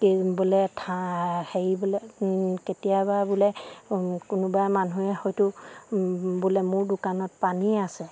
কি বোলে হেৰি বোলে কেতিয়াবা বোলে কোনোবা মানুহে হয়তো বোলে মোৰ দোকানত পানী আছে